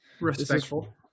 Respectful